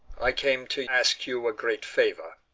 i came to ask you a great favour,